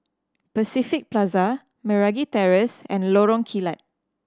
Pacific Plaza Meragi Terrace and Lorong Kilat